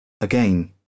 Again